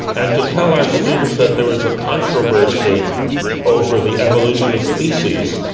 and to tell our students that there is a controversy over the evolution of species,